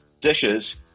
dishes